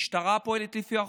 המשטרה פועלת לפי החוק,